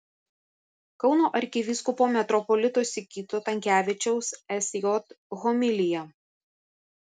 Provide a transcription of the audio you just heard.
kauno arkivyskupo metropolito sigito tamkevičiaus sj homilija